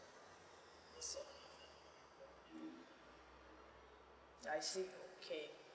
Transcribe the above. I see okay